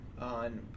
on